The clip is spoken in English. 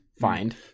Find